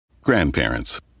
Grandparents